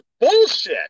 bullshit